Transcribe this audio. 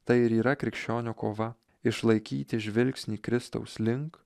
tai ir yra krikščionio kova išlaikyti žvilgsnį kristaus link